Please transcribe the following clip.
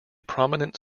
prominent